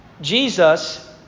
Jesus